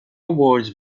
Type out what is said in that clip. words